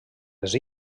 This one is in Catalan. les